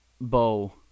bow